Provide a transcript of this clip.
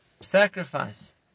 sacrifice